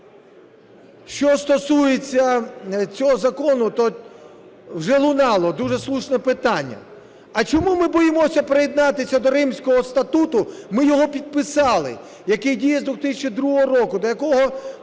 Що стосується цього закону, то вже лунало дуже слушне питання. А чому ми боїмося приєднатися до Римського статуту, ми його підписали, який діє з 2002 року? Який